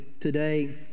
today